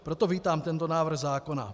Proto vítám tento návrh zákona.